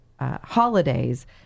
holidays